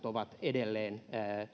ovat lapset edelleen